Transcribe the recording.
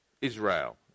Israel